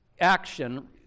action